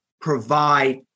provide